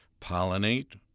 pollinate